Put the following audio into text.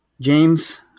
James